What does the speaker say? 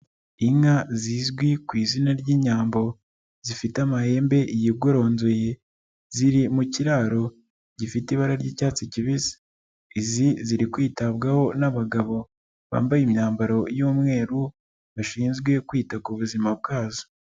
Inka zizwi ku izina ry'Inyambo zifite amahembe yigoronzoye, ziri mu kiraro gifite ibara ry'icyatsi kibisi, izi ziri kwitabwaho n'abagabo bambaye imyambaro y'umweru bashinzwe kwita ku buzima bwazo.